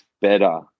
better